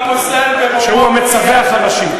שהוא המצווח הראשי.